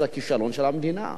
זה הכישלון של המדינה.